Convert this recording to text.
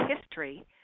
history